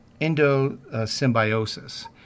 endosymbiosis